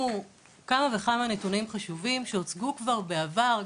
כמה וכמה נתונים חשובים שהוצגו כבר בעבר,